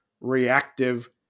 reactive